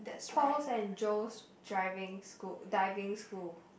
Paul's and Joe's Driving School Diving School